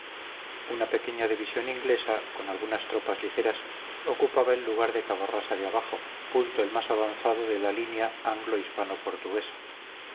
una pequeña división inglesa con algunas tropas ligeras ocupaba el lugar de cavarrasa de abajo punto el más avanzado de la línea